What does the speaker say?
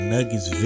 Nuggets